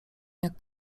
jak